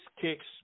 kicks